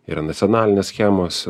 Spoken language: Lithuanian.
yra nacionalinės schemos